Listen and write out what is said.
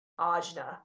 ajna